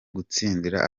gutsindira